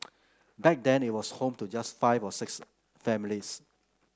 back then it was home to just five or six families